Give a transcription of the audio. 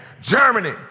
Germany